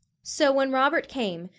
so when robert came,